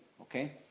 Okay